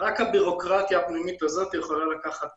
רק הבירוקרטיה הפנימית הזאת יכולה לקחת